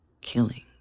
killing